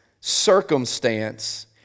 circumstance